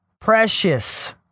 Precious